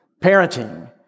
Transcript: Parenting